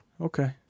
Okay